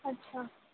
আচ্ছা